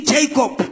Jacob